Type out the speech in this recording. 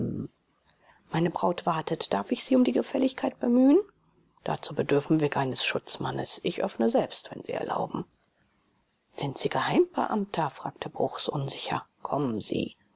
meine braut wartet darf ich sie um die gefälligkeit bemühen dazu bedürfen wir keines schutzmannes ich öffne selbst wenn sie erlauben sind sie geheimbeamter fragte bruchs unsicher kommen sie